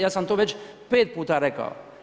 Ja sam to već pet puta rekao.